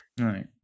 Right